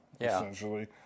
essentially